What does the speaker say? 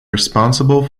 responsible